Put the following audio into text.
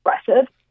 aggressive